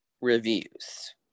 reviews